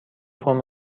فرم